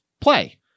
play